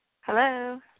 Hello